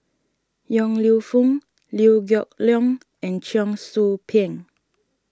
Yong Lew Foong Liew Geok Leong and Cheong Soo Pieng